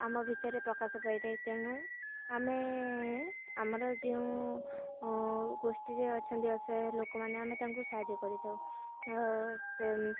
ଆମ ଭିତରେ ପ୍ରକାଶ ପାଇଥାଏ ତେଣୁ ଆମେ ଆମର ଯେଉଁ ଗୋଷ୍ଠୀରେ ଅଛନ୍ତି ସେ ଲୋକମାନେ ଆମେ ତାଙ୍କୁ ସାହାଯ୍ୟ କରିଥାଉ ସେ